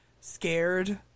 scared